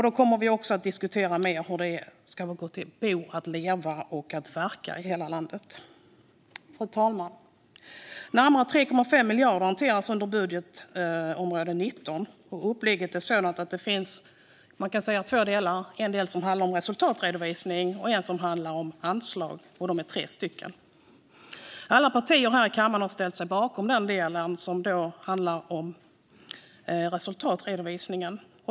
Då kommer vi också att diskutera mer hur det ska gå att bo, leva och verka i hela landet. Fru talman! Närmare 3,5 miljarder hanteras under utgiftsområde 19. Upplägget är sådant att det finns, kan man säga, två delar: en del som handlar om resultatredovisning och en del som handlar om anslag. De är tre stycken. Alla partier här i kammaren har ställt sig bakom den del som handlar om resultatredovisningen.